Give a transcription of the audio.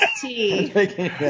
tea